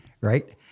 Right